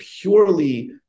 purely